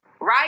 right